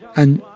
and,